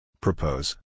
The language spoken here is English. Propose